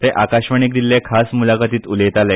ते आकाशवाणीक दिल्ले खास मुलाखतींत उलयताले